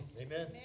Amen